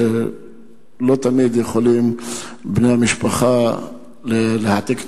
ולא תמיד בני המשפחה יכולים להעתיק את